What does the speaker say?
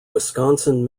wisconsin